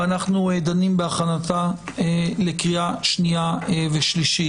ואנחנו דנים בהכנתה לקריאה שנייה ושלישית.